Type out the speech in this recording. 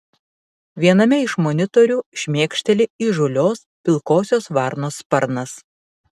viename iš monitorių šmėkšteli įžūlios pilkosios varnos sparnas